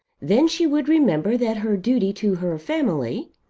then she would remember that her duty to her family,